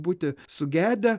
būti sugedę